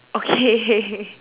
okay